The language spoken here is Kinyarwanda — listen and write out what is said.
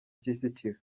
kicukiro